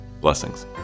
Blessings